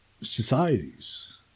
societies